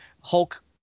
Hulk